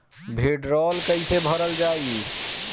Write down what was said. भीडरौल कैसे भरल जाइ?